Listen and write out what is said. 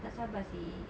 tak sabar seh